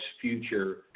future